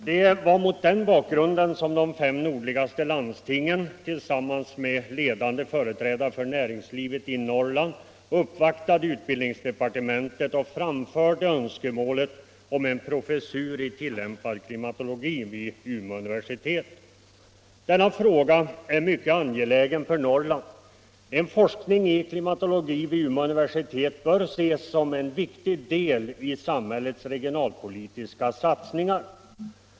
Det var mot den bakgrunden som de fem nordligaste landstingen tillsammans med ledande företrädare för näringslivet i Norrland uppvaktade utbildningsdepartementet och framförde önskemål om en professur i tilllämpad klimatologi vid Umeå universitet. Denna fråga är mycket angelägen för Norrland. En forskning i klimatologi vid Umeå universitet bör ses som en viktig del i samhällets regionalpolitiska satsningar.